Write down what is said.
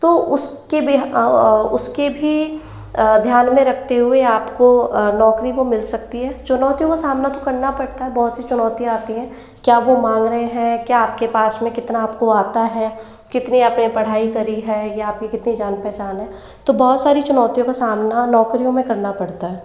तो उसके भी उसके भी ध्यान में रखते हुए आपको नौकरी वो मिल सकती है चुनौतियों का सामना तो करना पड़ता है बहुत सी चुनौतियाँ आती हैं क्या वो मांग रहे है क्या आपके पास में कितना आपको आता है कितनी आपने पढाई करी है या आपकी कितनी जान पहचान है तो बहुत सारी चुनौतियों का सामना नौकरियों में करना पड़ता है